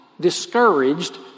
discouraged